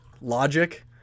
logic